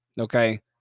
Okay